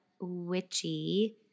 witchy